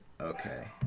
okay